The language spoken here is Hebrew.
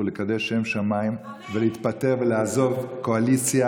לקדש שם שמיים ולהתפטר ולעזוב קואליציה,